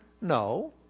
No